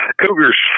cougars